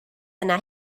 yna